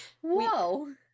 Whoa